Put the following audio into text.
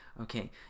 Okay